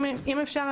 אם אפשר,